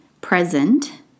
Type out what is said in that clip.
present